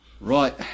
Right